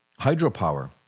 hydropower